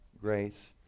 grace